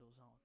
on